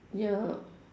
ya